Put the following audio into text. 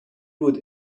بود